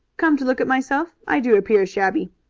come to look at myself i do appear shabby.